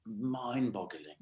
mind-boggling